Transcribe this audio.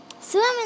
Swimming